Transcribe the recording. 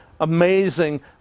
amazing